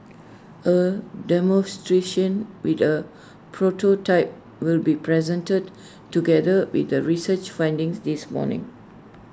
A demonstration with A prototype will be presented together with the research findings this morning